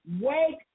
wake